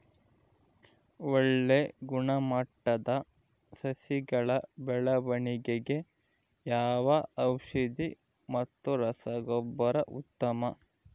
ಒಳ್ಳೆ ಗುಣಮಟ್ಟದ ಸಸಿಗಳ ಬೆಳವಣೆಗೆಗೆ ಯಾವ ಔಷಧಿ ಮತ್ತು ರಸಗೊಬ್ಬರ ಉತ್ತಮ?